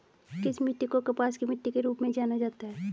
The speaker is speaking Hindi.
किस मिट्टी को कपास की मिट्टी के रूप में जाना जाता है?